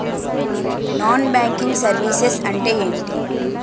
Non banking services అంటే ఎంటి?